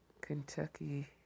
Kentucky